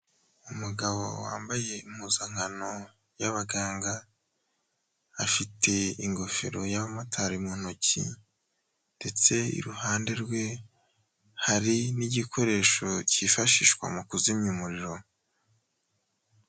Umugabo wambaye impuzankano y'abaganga, afite ingofero y'abamotari mu ntoki ndetse iruhande rwe, hari n'igikoresho cyifashishwa mu kuzimya umuriro.